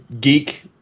geek